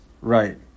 Right